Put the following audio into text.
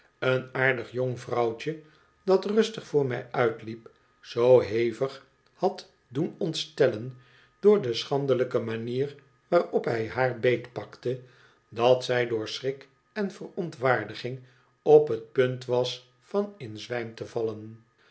een aardig jong vrouwtje dat rustig voor mij uitliep zoo hevig had doen ontstellen door de schandelijke manier waarop hij haar beetpakte dat zij door schrik en verontwaardiging op het punt was van in zwijm te vallen